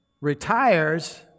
retires